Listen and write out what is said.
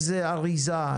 איזה אריזה,